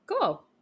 Cool